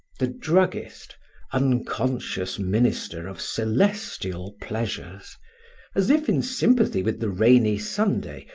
the druggist unconscious minister of celestial pleasures as if in sympathy with the rainy sunday,